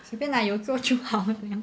随便啦有做就好啦